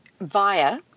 via